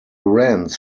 rents